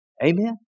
Amen